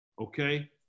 okay